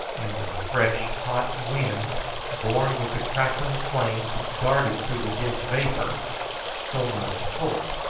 and the fresh hot wind borne with the crackling flames that darted through the dense vapour so much hope.